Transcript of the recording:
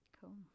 Cool